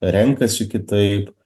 renkasi kitaip